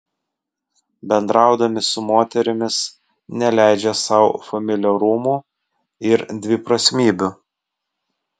bendraudami su moterimis neleidžia sau familiarumų ir dviprasmybių